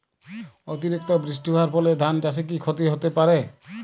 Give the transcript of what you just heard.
অতিরিক্ত বৃষ্টি হওয়ার ফলে ধান চাষে কি ক্ষতি হতে পারে?